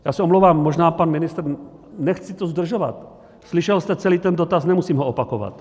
Já se omlouvám, možná pan ministr nechci to zdržovat slyšel jste celý ten dotaz, nemusím ho opakovat?